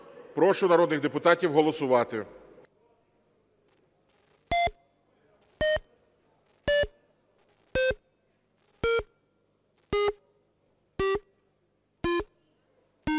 Прошу народних депутатів голосувати.